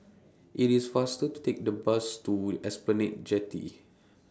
IT IS faster to Take The Bus to Esplanade Jetty